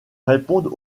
répondent